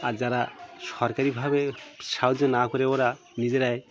আর যারা সরকারি ভাবে সাহায্য না করে ওরা নিজেরাই